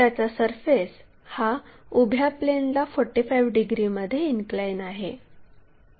त्याचा सरफेस हा उभ्या प्लेनला 45 डिग्रीमध्ये इनक्लाइन आहे